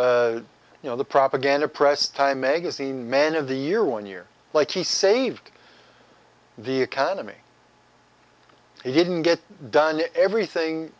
you know the propaganda press time magazine man of the year on year like he saved the economy he didn't get done everything